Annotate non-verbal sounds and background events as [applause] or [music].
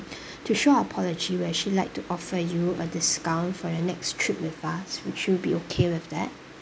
[breath] to show apology we actually like to offer you a discount for your next trip with us would you be okay with that